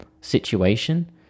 situation